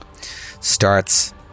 starts